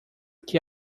que